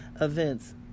events